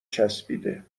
چسبیده